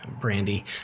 brandy